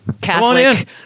Catholic